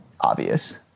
obvious